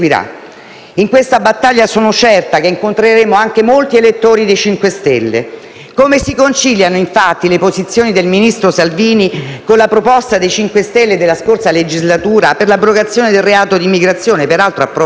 in questa battaglia incontreremo anche molti elettori del MoVimento 5 Stelle. Come si conciliano, infatti, le posizioni del ministro Salvini con la proposta del MoVimento 5 Stelle della scorsa legislatura per l'abrogazione del reato di immigrazione, peraltro approvata?